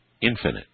infinite